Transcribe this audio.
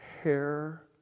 hair